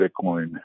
Bitcoin